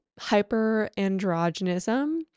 hyperandrogenism